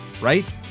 right